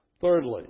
Thirdly